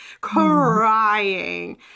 crying